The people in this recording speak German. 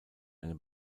eine